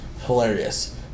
Hilarious